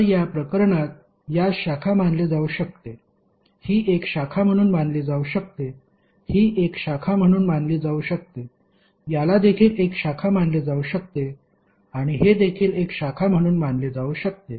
तर या प्रकरणात यास शाखा मानले जाऊ शकते ही एक शाखा म्हणून मानली जाऊ शकते ही एक शाखा म्हणून मानली जाऊ शकते याला देखील एक शाखा मानले जाऊ शकते आणि हे देखील एक शाखा म्हणून मानले जाऊ शकते